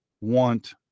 want